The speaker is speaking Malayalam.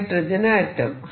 hydrogen atom